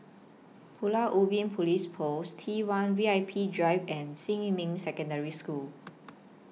Pulau Ubin Police Post T one V I P Drive and Xinmin Secondary School